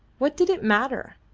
what did it matter?